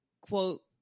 quote